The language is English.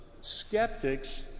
skeptics